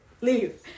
Leave